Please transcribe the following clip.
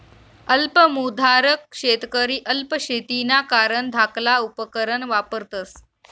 अल्प भुधारक शेतकरी अल्प शेतीना कारण धाकला उपकरणं वापरतस